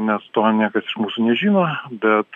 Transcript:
nes to niekas iš mūsų nežino bet